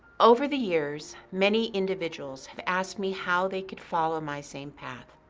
over the years many individuals have asked me how they could follow my same path.